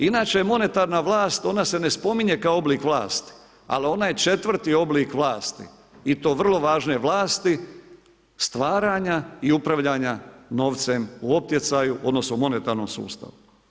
Inače monetarna vlast ona se ne spominje kao oblik vlasti, ali ona je četvrti oblik vlasti i to vrlo važne vlasti stvaranja i upravljanja novcem u optjecaju odnosno monetarnom sustavu.